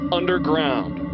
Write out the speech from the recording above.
underground